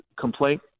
complaint